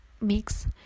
mix